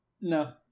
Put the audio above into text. No